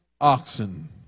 oxen